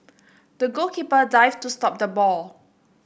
the goalkeeper dived to stop the ball